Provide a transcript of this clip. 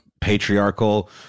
patriarchal